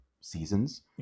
seasons